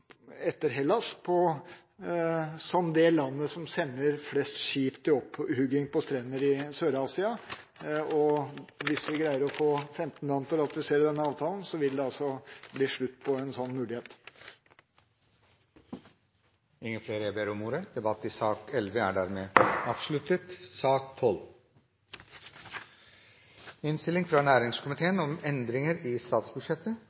etter Hellas på en verstingliste blant EU/EØS-land som det landet som sender flest skip til opphugging på strender i Sør-Asia. Og hvis vi greier å få 14 land til å ratifisere denne avtalen, vil det bli slutt på en slik mulighet. Flere har ikke bedt om ordet til sak nr. 11. Etter ønske fra